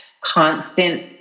constant